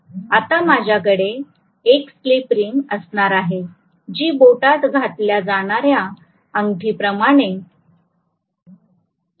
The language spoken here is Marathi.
आता माझ्याकडे एक स्लिप रिंग असणार आहे जी बोटात घातल्या जाणाऱ्या अंगठीप्रमाणे असते